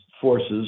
forces